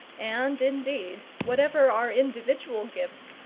and, indeed, whatever our individual gifts,